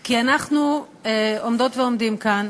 כי אנחנו עומדות ועומדים כאן,